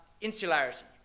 Insularity